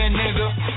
nigga